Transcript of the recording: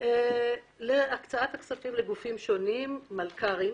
להקצאת הכספים למלכ"רים,